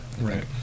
Right